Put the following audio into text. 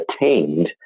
attained